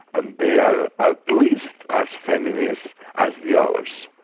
and they're at least as feminist as the others.